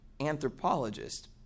anthropologist